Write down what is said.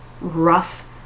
rough